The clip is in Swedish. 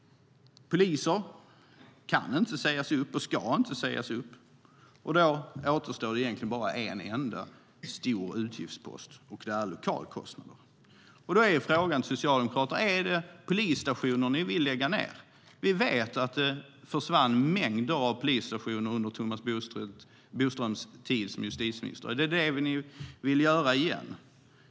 Poliser kan inte sägas upp och ska inte sägas upp. Då återstår det egentligen bara en enda stor utgiftspost, och det är lokalkostnader. Då är frågan till Socialdemokraterna: Är det polisstationer ni vill lägga ned? Vi vet att det försvann mängder av polisstationer under Thomas Bodströms tid som justitieminister. Vill ni göra det igen?